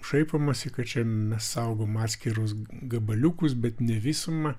šaipomasi kad čia mes saugom atskirus gabaliukus bet ne visumą